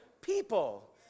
people